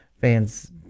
fans